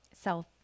self